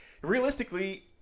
realistically